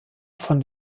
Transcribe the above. von